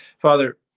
father